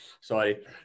sorry